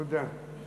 תודה.